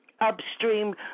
upstream